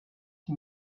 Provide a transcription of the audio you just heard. sie